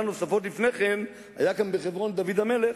נוספות לפני כן היה כאן בחברון דוד המלך,